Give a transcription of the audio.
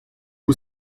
who